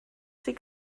sie